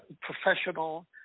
professional